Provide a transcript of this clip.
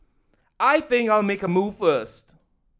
I think you'll make a move first